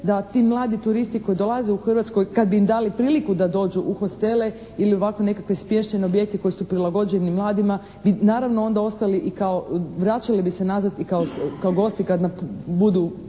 da ti mladi turisti koji dolaze u Hrvatsku kad bi im dali priliku da dođu hostele ili ovako nekakve smještajne objekte koji su prilagođeni mladima bi naravno onda ostali i kao, vraćali bi se nazad i kao gosti kad izađu